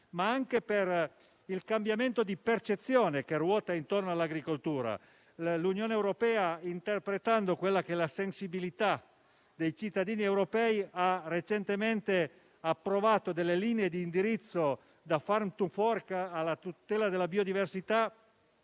ma anche per il cambiamento di percezione che ruota intorno all'agricoltura. L'Unione europea, interpretando la sensibilità dei cittadini europei, ha recentemente approvato delle linee di indirizzo - dalla strategia Farm to Fork alla tutela della biodiversità